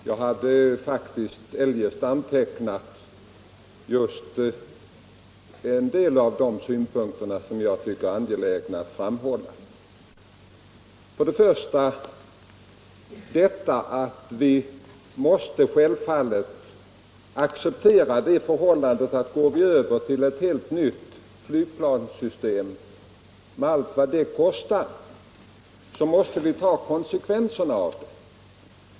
Jag hade faktiskt eljest antecknat just en del av de synpunkterna, som jag tycker är angelägna att framhålla. Går vi över till ett helt nytt flygplanssystem som Viggen med allt vad det kostar måste vi självfallet ta konsekvenserna av det.